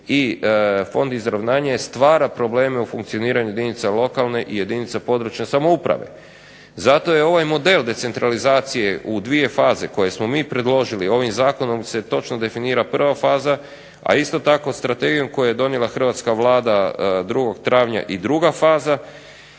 i Fond izravnanja stvara probleme u funkcioniranju jedinica lokalne i jedinica područne samouprave. Zato je ovaj model decentralizacije u dvije faze koje smo mi predložili, ovim zakonom se točno definira prva faza, a isto tako strategijom koju je donijela hrvatska Vlada 2.travnja i druga faza